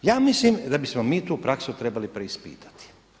Ja mislim da bismo mi tu praksu trebali preispitati.